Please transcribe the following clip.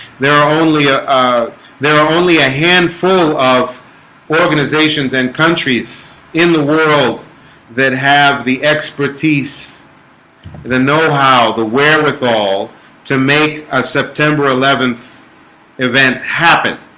there are only ah there are only a handful of organizations and countries in the world that have the expertise the know-how the wherewithal to make a september eleventh event happen